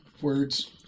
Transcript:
words